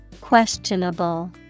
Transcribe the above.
Questionable